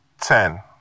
Ten